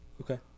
okay